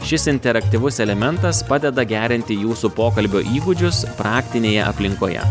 šis interaktyvus elementas padeda gerinti jūsų pokalbio įgūdžius praktinėje aplinkoje